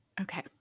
Okay